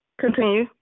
Continue